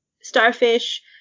starfish